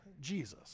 Jesus